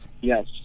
Yes